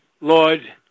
Lord